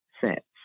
sets